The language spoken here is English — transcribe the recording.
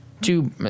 Two